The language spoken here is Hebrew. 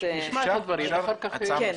נשמע את הדברים ואחר כך נגיב.